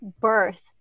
birth